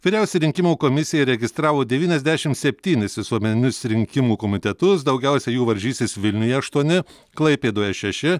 vyriausioji rinkimų komisija įregistravo devyniasdešim septynis visuomeninius rinkimų komitetus daugiausia jų varžysis vilniuje aštuoni klaipėdoje šeši